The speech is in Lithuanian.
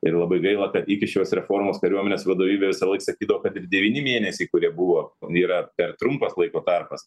ir labai gaila kad iki šios reformos kariuomenės vadovybė visąlaik sakydavo kad ir devyni mėnesiai kurie buvo yra per trumpas laiko tarpas